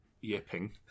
yipping